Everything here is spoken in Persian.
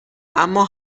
اما